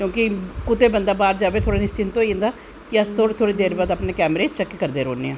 क्योंकि कुदै बंदा बाह्र जाए बंदा निश्चिंत होई जंदा कि अस थोह्ड़ी थोह्ड़ी देर बाद अस अपनें कैमरे चैक्क करदे रौह्नें आ